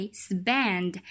spend